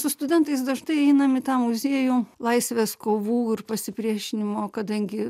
su studentais dažnai einam į tą muziejų laisvės kovų ir pasipriešinimo kadangi